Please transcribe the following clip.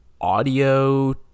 audio